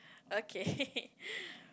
okay